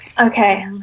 Okay